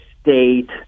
State